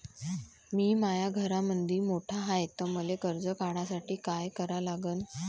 मी माया घरामंदी मोठा हाय त मले कर्ज काढासाठी काय करा लागन?